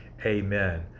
amen